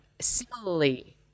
Similarly